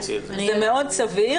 זה מאוד סביר.